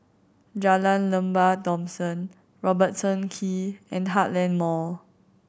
Jalan Lembah Thomson Robertson Quay and Heartland Mall